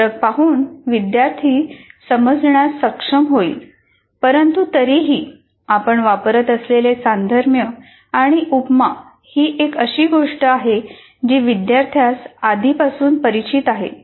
हे फरक पाहून विद्यार्थी समजण्यास सक्षम होईल परंतु तरीही आपण वापरत असलेले साधर्म्य किंवा उपमा ही एक अशी गोष्ट आहे जी विद्यार्थ्यांस आधीपासून परिचित आहे